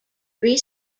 three